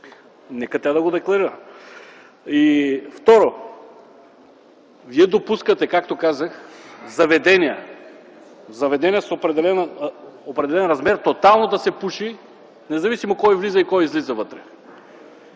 Нека тя да го декларира. И, второ – вие допускате, както казах, в заведения с определен размер тотално да се пуши, независимо от това там кой влиза и